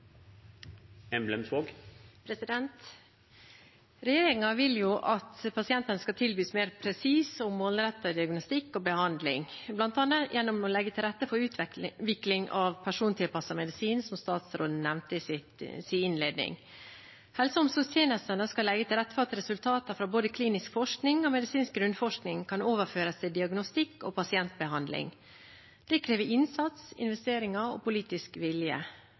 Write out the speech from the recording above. vil jo at pasientene skal tilbys mer presis og målrettet diagnostikk og behandling, bl.a. gjennom å legge til rette for utvikling av persontilpasset medisin, som statsråden nevnte i sin innledning. Helse- og omsorgstjenestene skal legge til rette for at resultater fra både klinisk forskning og medisinsk grunnforskning kan overføres til diagnostikk- og pasientbehandling. Det krever innsats, investeringer og politisk vilje.